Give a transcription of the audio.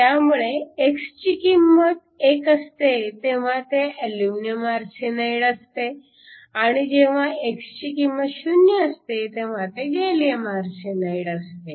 त्यामुळे जेव्हा x ची किंमत 1 असते तेव्हा ते अल्युमिनियम आर्सेनाईड असते आणि जेव्हा x ची किंमत 0 असते तेव्हा ते गॅलीअम आर्सेनाईड असते